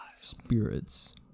Spirits